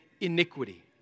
iniquity